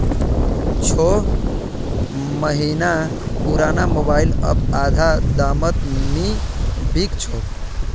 छो महीना पुराना मोबाइल अब आधा दामत नी बिक छोक